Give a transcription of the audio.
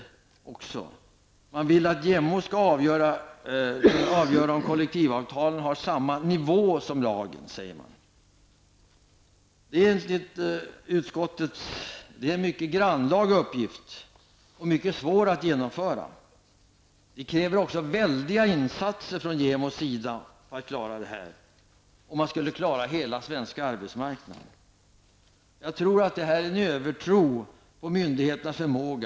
Man vill t.ex. att JämO skall avgöra om kollektivavtalen har samma nivå som lagen. Men det är en mycket grannlaga uppgift. Det är alltså mycket svårt att genomföra detta. Det krävs mycket stora insatser från JämO för att det skall gå att klara hela den svenska arbetsmarknaden. Jag tror att man har en övertro på myndigheternas förmåga.